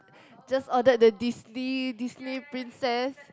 just ordered the Disney Disney princess